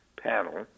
panel